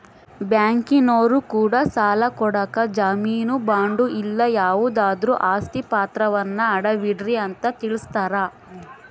ಬ್ಯಾಂಕಿನರೊ ಕೂಡ ಸಾಲ ಕೊಡಕ ಜಾಮೀನು ಬಾಂಡು ಇಲ್ಲ ಯಾವುದಾದ್ರು ಆಸ್ತಿ ಪಾತ್ರವನ್ನ ಅಡವಿಡ್ರಿ ಅಂತ ತಿಳಿಸ್ತಾರ